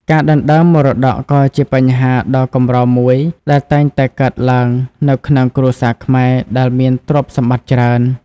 ការដណ្តើមមរតកក៏ជាបញ្ហាដ៏កម្រមួយដែលតែងតែកើតឡើងនៅក្នុងគ្រួសារខ្មែរដែលមានទ្រព្យសម្បត្តិច្រើន។